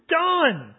done